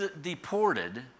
deported